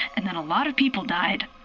and then a lot of people died.